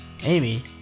Amy